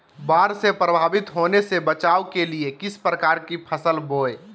बाढ़ से प्रभावित होने से बचाव के लिए किस प्रकार की फसल बोए?